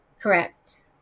Correct